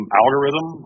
algorithm